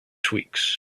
tweaks